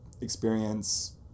experience